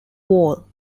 wall